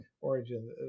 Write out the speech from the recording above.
origin